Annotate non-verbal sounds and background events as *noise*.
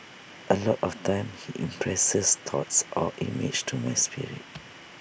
A lot of times he impresses thoughts or images to my spirit *noise*